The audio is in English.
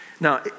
Now